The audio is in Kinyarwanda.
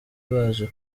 baje